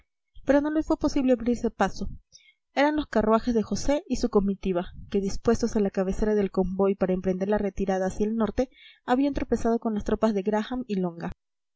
pero no les fue posible abrirse paso eran los carruajes de josé y su comitiva que dispuestos a la cabecera del convoy para emprender la retirada hacia el norte habían tropezado con las tropas de graham y longa